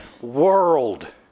world